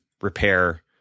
repair